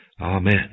Amen